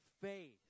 faith